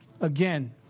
again